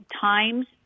times